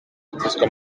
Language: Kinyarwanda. abatizwa